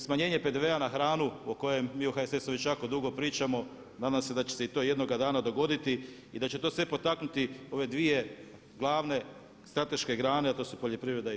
Smanjenje PDV-a na hranu o kojem mi u HSS-u već jako dugo pričamo nadam se da će se i to jednoga dana dogoditi i da će to sve potaknuti ove dvije glavne strateške grane, a to su poljoprivreda i turizam.